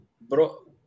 Bro